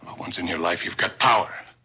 once in your life, you've got power.